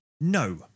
No